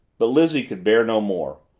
but lizzie could bear no more.